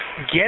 get